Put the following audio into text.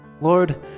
Lord